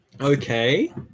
Okay